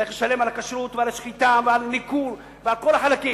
צריך לשלם על הכשרות ועל השחיטה ועל ניקור ועל כל החלקים.